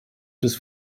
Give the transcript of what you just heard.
bis